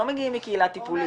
לא מגיעים מקהילה טיפולית,